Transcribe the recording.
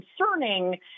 concerning